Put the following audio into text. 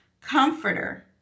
comforter